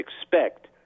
expect